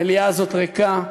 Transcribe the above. המליאה הזאת ריקה.